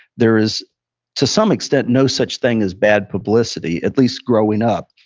there is to some extent no such thing as bad publicity, at least growing up.